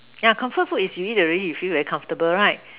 ya comfort food is you eat already you feel very comfortable right